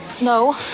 No